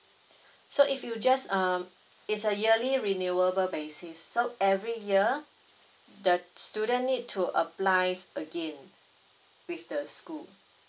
so if you just um it's a yearly renewable basis so every year the student need to apply again with the school